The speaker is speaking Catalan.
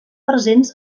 presents